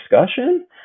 discussion